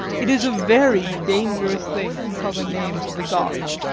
it is a very dangerous thing to tell the names of the gods.